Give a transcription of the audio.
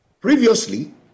previously